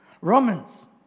Romans